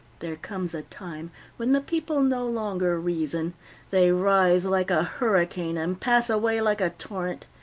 there comes a time when the people no longer reason they rise like a hurricane, and pass away like a torrent.